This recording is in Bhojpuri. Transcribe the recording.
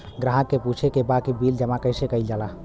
ग्राहक के पूछे के बा की बिल जमा कैसे कईल जाला?